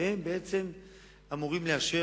והם אמורים לאשר,